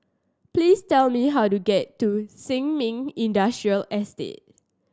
please tell me how to get to Sin Ming Industrial Estate